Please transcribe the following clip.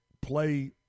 play –